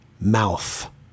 mouth